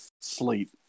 sleep